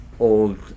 old